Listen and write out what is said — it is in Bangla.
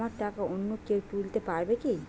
আমার টাকা অন্য কেউ তুলতে পারবে কি?